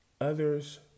others